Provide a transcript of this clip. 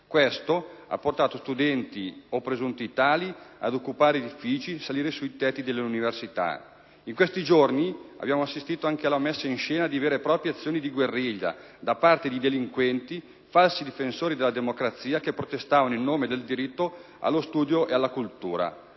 Ciò ha portato studenti - o presunti tali - ad occupare edifici e a salire sui tetti delle università: in questi giorni abbiamo assistito anche alla messa in scena di vere e proprie azioni di guerriglia da parte di delinquenti, falsi difensori della democrazia, che protestavano in nome del diritto allo studio e alla cultura.